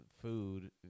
Food